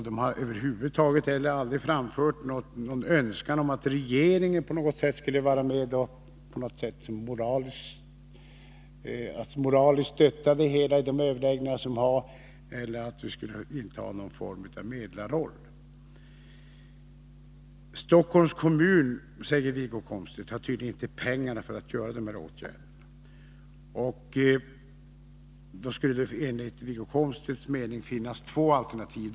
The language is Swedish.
Det har heller aldrig över huvud taget framförts någon önskan om att regeringen på något sätt skulle vara moraliskt stöd vid de överläggningar som har förevarit eller att vi skulle inta någon form av medlarroll. Stockholms kommun, säger Wiggo Komstedt, har tydligen inte pengar för att genomföra dessa åtgärder. Enligt Wiggo Komstedts mening skulle det då finnas två alternativ.